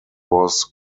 was